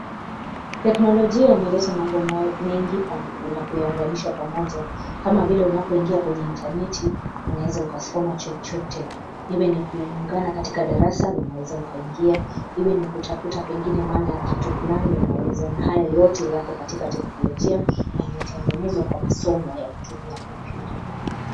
Teknolojia imeleta mambo mengi na kuyaunganisha pamoja; kama vile unapoingia kwenye intaneti unaweza ukasoma chochote; iwe ni kuungana katika darasa, unaweza ukaningia. Iwe ni kutafuta pengine maana ya kitu fulani unaweza, na hayo yote yako katika teknolojia na yametengenezwa kwa masomo ya kutumia kompyuta.